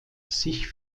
sich